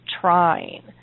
trying